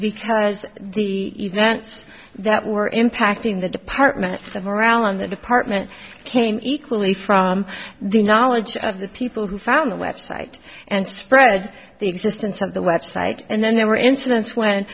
because the events that were impacting the department of around the department came equally from the knowledge of the people who found the website and spread the existence of the website and then there were incidents when